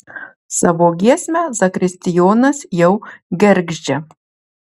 savo giesmę zakristijonas jau gergždžia